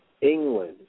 England